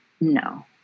No